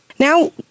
Now